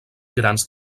grans